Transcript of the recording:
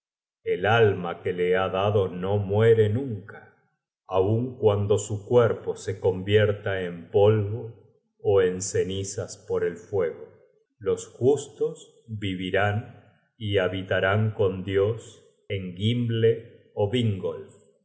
el alma que le ha dado no muere nunca aun cuando su cuerpo el tercero el padre de todo content from google book search generated at se convierta en polvo ó en cenizas por el fuego los justos vivirán y habitarán con dios en gimle ó